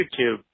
YouTube